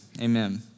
amen